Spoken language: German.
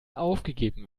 aufgegeben